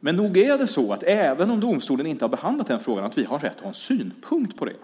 Men nog är det så att vi, även om domstolen inte har behandlat den frågan, har rätt att ha en synpunkt på det.